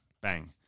Bang